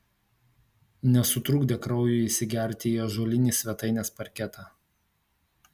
nesutrukdė kraujui įsigerti į ąžuolinį svetainės parketą